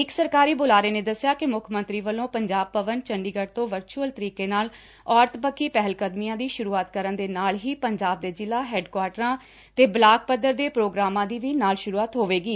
ਇੱਕ ਸਰਕਾਰੀ ਬੁਲਾਰੇ ਨੇ ਦੱਸਿਆ ਕਿ ਮੁੱਖ ਮੰਤਰੀ ਵਲੋਂ ਪੰਜਾਬ ਭਵਨ ਚੰਡੀਗੜ੍ਹ ਤੋਂ ਵਰਚੁਅਲ ਤਰੀਕੇ ਨਾਲ ਔਰਤਾਂ ਪੱਖੀ ਪਹਿਲਕਦਮੀਆਂ ਦੀ ਸੁਰੂਆਤ ਕਰਨ ਦੇ ਨਾਲ ਹੀ ਪੰਜਾਬ ਦੇ ਜਿਲ੍ਹਾ ਹੈਡਕੁਆਟਰਾਂ ਤੇ ਬਲਾਕ ਪੱਧਰ ਦੇ ਪ੍ਰੋਗਰਾਮਾ ਦੀ ਵੀ ਨਾਲ ਸੁਰੂਆਤ ਹੋਵੇਗੀ